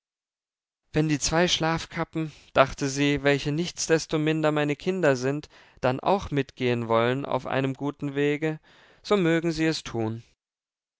wenn die zwei schlafkappen dachte sie welche nichtsdestominder meine kinder sind dann auch mitgehen wollen auf einem guten wege so mögen sie es tun